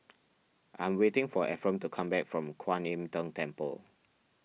I am waiting for Efrem to come back from Kuan Im Tng Temple